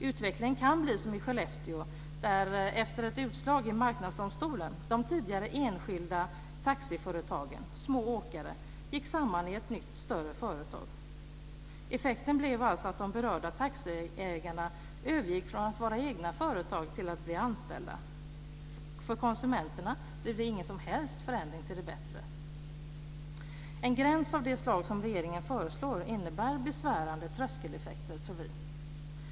Utvecklingen kan bli som i Skellefteå där, efter ett utslag i Marknadsdomstolen, de tidigare enskilda taxiföretagen - små åkare - gick samman i ett nytt större företag. Effekten blev alltså att de berörda taxiägarna övergick från att vara egna företagare till att bli anställda. För konsumenterna blev det ingen som helst förändring till det bättre. En gräns av det slag som regeringen föreslår tror vi innebär besvärande tröskeleffekter.